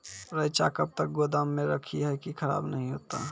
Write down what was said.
रईचा कब तक गोदाम मे रखी है की खराब नहीं होता?